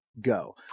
go